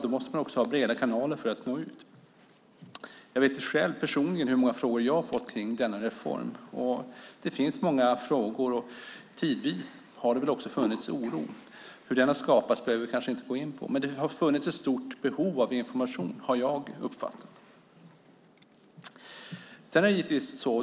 Då måste man ha breda kanaler för att kunna nå ut. Personligen har jag fått många frågor om denna reform. Frågorna är många, och tidvis har det också funnits en oro. Hur den har skapats behöver vi kanske inte gå in på, men jag har uppfattat att det har funnits ett stort behov av information.